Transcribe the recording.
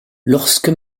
lorsque